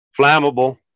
Flammable